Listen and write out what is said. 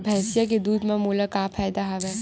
भैंसिया के दूध म मोला का फ़ायदा हवय?